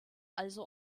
also